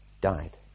died